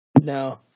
No